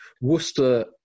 Worcester